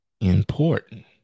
important